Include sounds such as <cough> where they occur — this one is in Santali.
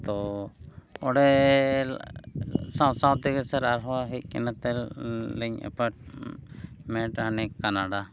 ᱛᱚ ᱚᱸᱰᱮ ᱥᱟᱶ ᱥᱟᱶᱛᱮ ᱥᱮᱨ ᱟᱨᱦᱚᱸ ᱦᱮᱡ ᱠᱟᱛᱮᱫ ᱞᱤᱧ ᱮᱯᱟᱨᱴᱢᱮᱱᱴ <unintelligible> ᱠᱟᱱᱟᱰᱟ